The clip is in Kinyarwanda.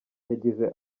yagize